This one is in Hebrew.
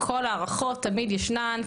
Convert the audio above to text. כל ההערכות תמיד ישנן,